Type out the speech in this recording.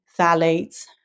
phthalates